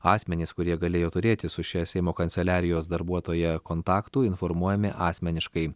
asmenys kurie galėjo turėti su šia seimo kanceliarijos darbuotoja kontaktų informuojami asmeniškai